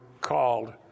called